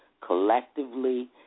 collectively